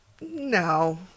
No